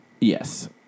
Yes